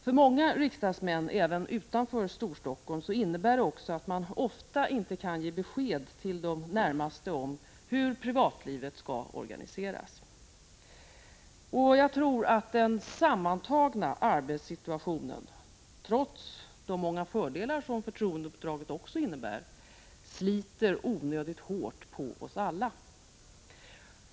För många riksdagsmän även utanför Storstockholm innebär det också att man ofta inte kan ge besked till de närmaste om hur privatlivet skall organiseras. Jag tror att den sammantagna arbetssituationen, trots de många fördelar förtroendeuppdraget också innebär, sliter onödigt hårt på oss alla.